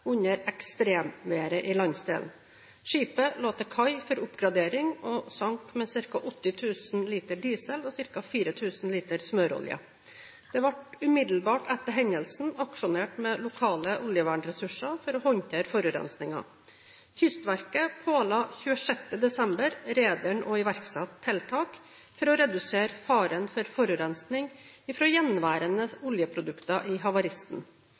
under ekstremværet i landsdelen. Skipet lå til kai for oppgradering og sank med ca. 80 000 liter diesel og ca. 4 000 liter smøreolje. Det ble umiddelbart etter hendelsen aksjonert med lokale oljevernressurser for å håndtere forurensningen. Kystverket påla 26. desember rederen å iverksette tiltak for å redusere faren for forurensning fra gjenværende oljeprodukter i havaristen.